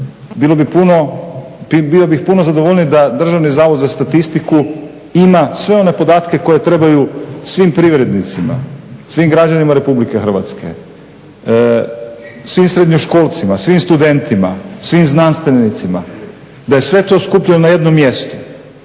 Bio bih puno zadovoljniji da Državni zavod za statistiku ima sve one podatke koji trebaju svim privrednicima, svim građanima Republike Hrvatske, svim srednjoškolcima, svim studentima, svim znanstvenicima, da je sve to skupljeno na jednom mjestu.